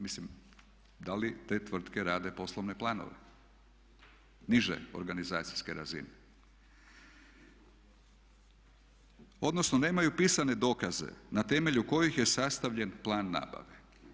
Mislim, da li te tvrtke rade poslovne planove niže organizacijske razine, odnosno nemaju pisane dokaze na temelju kojih je sastavljen plan nabave.